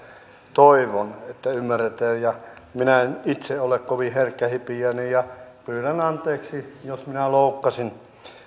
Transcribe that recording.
toivon että ymmärretään minä en itse ole kovin herkkähipiäinen ja pyydän anteeksi jos minä loukkasin